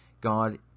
God